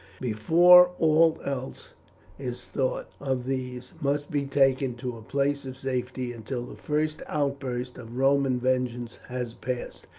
before aught else is thought of these must be taken to a place of safety until the first outburst of roman vengeance has passed.